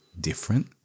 different